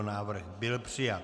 Návrh byl přijat.